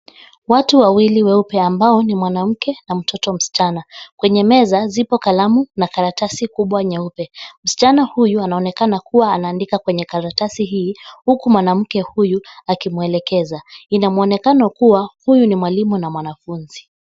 Watu Wawili weupe ambao ni mwanamke na mtoto msichana. Kwenye meza zipo kalamu na karatasi kubwa nyeupe. Msichana huyu anaoneka kuwa anaandika kwenye karatasi hizi huku mwanamke huyu akimwelekeza. Inamwonekano kuwa huyu ni mwalimu na mwanafunzi.